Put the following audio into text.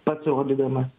pats rodydamas